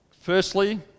firstly